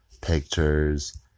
pictures